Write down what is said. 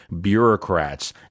bureaucrats